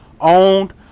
owned